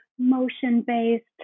motion-based